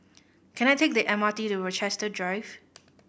can I take the M R T to Rochester Drive